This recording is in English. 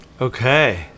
Okay